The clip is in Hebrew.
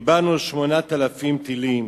קיבלנו 8,000 טילים.